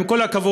עם כל הכבוד,